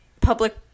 public